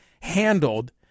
handled